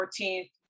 14th